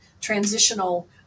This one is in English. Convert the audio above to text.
transitional